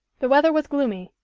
the weather was gloomy.